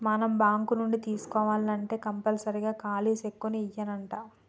మనం బాంకు నుంచి తీసుకోవాల్నంటే కంపల్సరీగా ఖాలీ సెక్కును ఇవ్యానంటా